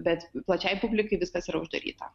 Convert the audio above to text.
bet plačiai publikai viskas yra uždaryta